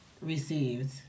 received